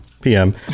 PM